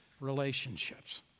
relationships